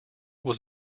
was